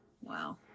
Wow